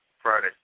Friday